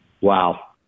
Wow